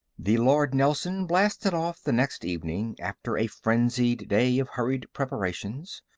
the lord nelson blasted off the next evening, after a frenzied day of hurried preparations.